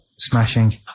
Smashing